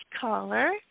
caller